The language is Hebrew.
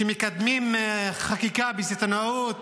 שמקדמים חקיקה בסיטונאות